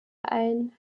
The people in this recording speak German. ein